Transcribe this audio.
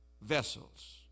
vessels